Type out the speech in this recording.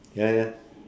ya ya